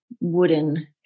wooden